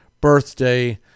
birthday